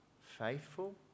faithful